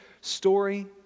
story